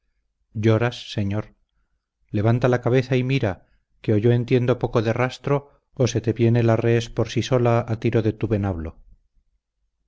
lloras señor levanta la cabeza y mira que o yo entiendo poco de rastro o se te viene la res por sí sola a tiro de tu venablo